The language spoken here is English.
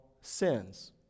sins